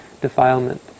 defilement